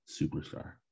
superstar